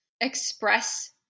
express